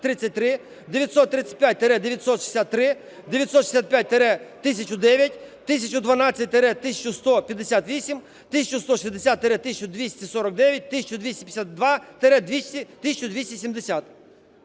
935-963, 965-1009, 1012-1158, 1160-1249, 1252-1270.